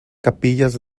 capillas